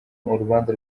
urubanza